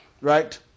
Right